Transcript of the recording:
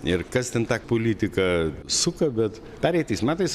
ir kas ten tą politiką suka bet pereitais metais